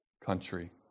country